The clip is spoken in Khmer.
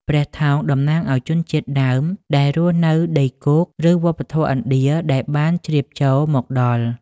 ព្រះថោង តំណាងឲ្យជនជាតិដើមដែលរស់នៅដីគោក ឬវប្បធម៌ឥណ្ឌាដែលបានជ្រាបចូលមកដល់។